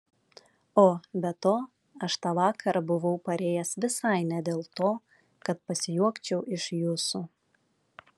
o be to aš tą vakarą buvau parėjęs visai ne dėl to kad pasijuokčiau iš jūsų